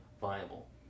viable